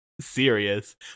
serious